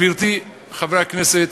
גברתי, חברי הכנסת,